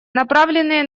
направленные